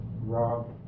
rob